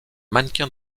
mannequin